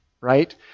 right